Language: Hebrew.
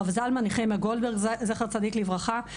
הרב זלמן נחמיה גולדברג זכר צדיק לברכה,